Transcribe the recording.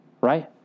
right